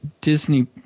Disney